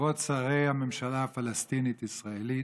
כבוד שרי הממשלה הפלסטינית-ישראלית,